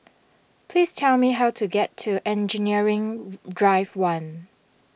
please tell me how to get to Engineering Drive one